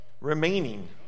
remaining